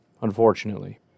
unfortunately